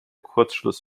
kurzschluss